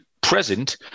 present